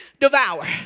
devour